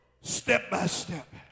step-by-step